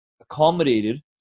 accommodated